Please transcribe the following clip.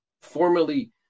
Formerly